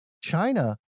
China